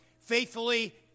faithfully